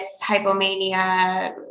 hypomania